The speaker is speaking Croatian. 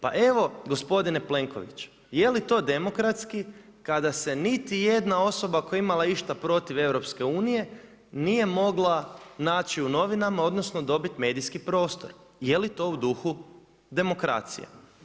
Pa evo gospodine Plenkoviću, je li to demokratski kada se niti jedna osoba koja je imala išta protiv EU nije mogla naći u novinama odnosno dobiti medijski prostor, je li to u duhu demokracije?